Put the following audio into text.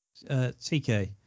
TK